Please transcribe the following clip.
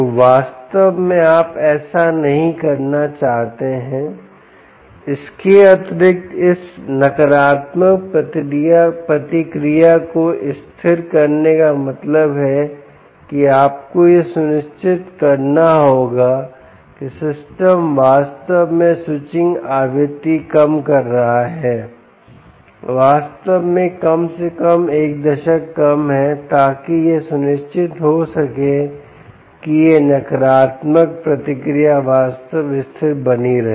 तो वास्तव में आप ऐसा नहीं करना चाहते हैं इसके अतिरिक्त इस नकारात्मक प्रतिक्रिया को स्थिर करने का मतलब है कि आपको यह सुनिश्चित करना होगा कि सिस्टम वास्तव में स्विचिंग आवृत्ति कम कर रहा है वास्तव में कम से कम एक दशक कम है ताकि यह सुनिश्चित हो सके कि यह नकारात्मक प्रतिक्रिया वास्तविक स्थिर बनी रहे